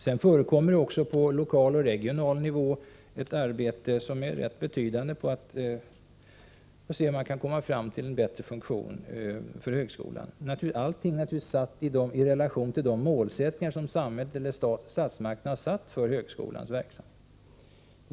Det förekommer också på lokal och regional nivå ett rätt betydande arbete för att se om man kan komma fram till en bättre funktion för högskolan. Allt detta är naturligtvis satt i relation till de mål som statsmakterna har lagt fast för högskolans verksamhet.